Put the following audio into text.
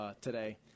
today